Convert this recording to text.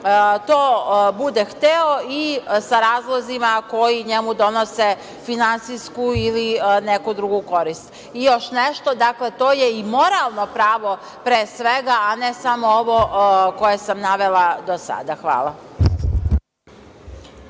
to bude hteo i sa razlozima koji njemu donose finansijsku ili neku drugu korist. Još nešto, dakle, to je i moralno pravo, pre svega, ali ne samo ovo koje sam navela do sada. Hvala.